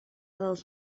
dels